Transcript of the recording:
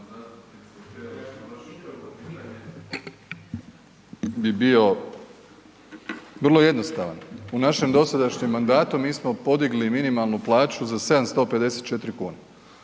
bi bio vrlo jednostavan, u našem dosadašnjem mandatu mi smo podigli minimalnu plaću za 754 kune.